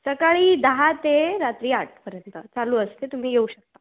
सकाळी दहा ते रात्री आठपर्यंत चालू असते तुम्ही येऊ शकता